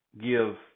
give